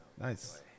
nice